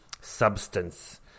substance